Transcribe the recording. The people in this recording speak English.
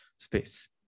Space